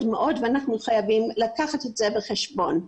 מאוד ואנחנו חייבים לקחת את זה בחשבון.